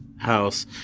house